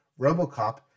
RoboCop